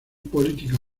política